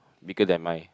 bigger than mine